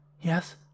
Yes